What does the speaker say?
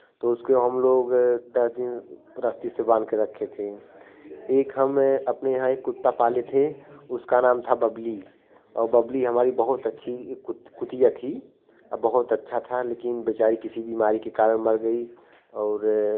तो उसके हम लोग दस दिन रस्सी से बांधकर रखे थे एक हम है अपने यहाँ एक कुत्ता पाले थे उसका नाम था बबली और बबली हमारी बहुत एक कुत कुतिया थी और बहुत अच्छा था लेकिन बेचारी किसी बीमारी के कारण मर गई और